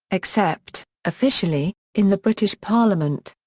except, officially, in the british parliament.